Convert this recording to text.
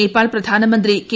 നേപ്പാൾ പ്രധാനമന്ത്രി കെ